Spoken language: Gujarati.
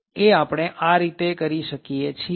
એ આપણે આ રીતે કરી શકીએ છીએ